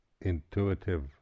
intuitive